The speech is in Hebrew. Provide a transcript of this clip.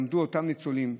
עמדו אותם ניצולים,